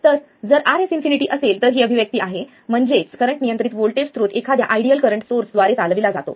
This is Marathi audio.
तर जर Rs इन्फिनिटी असेल तर ही अभिव्यक्ती आहे म्हणजेच करंट नियंत्रित व्होल्टेज स्त्रोत एखाद्या आयडियल करंट सोर्स द्वारे चालविला जातो